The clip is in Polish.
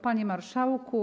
Panie Marszałku!